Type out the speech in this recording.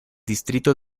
distrito